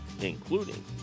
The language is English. including